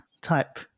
type